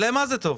למה זה טוב.